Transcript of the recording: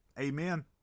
Amen